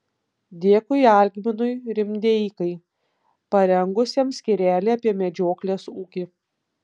dėkui algminui rimdeikai parengusiam skyrelį apie medžioklės ūkį